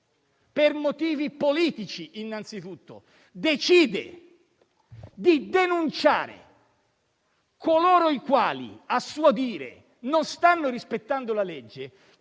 per motivi politici anzitutto, decide di denunciare coloro i quali, a suo dire, non stanno rispettando la legge,